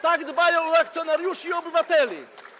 Tak dbają o akcjonariuszy i obywateli.